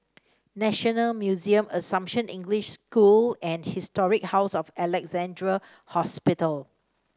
National Museum Assumption English School and Historic House of Alexandra Hospital